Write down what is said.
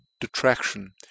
detraction